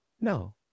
No